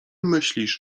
myślisz